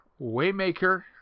Waymaker